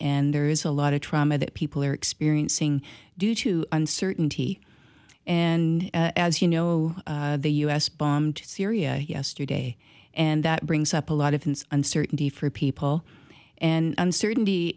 and there is a lot of trauma that people are experiencing due to uncertainty and as you know the u s bombed syria yesterday and that brings up a lot of things uncertainty for people and uncertainty